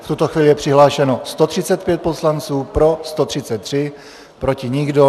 V tuto chvíli je přihlášeno 135 poslanců, pro 133, proti nikdo.